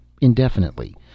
indefinitely